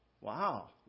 Wow